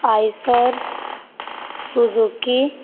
Eicher Suzuki